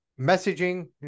messaging